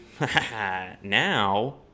Now